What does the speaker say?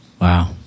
Wow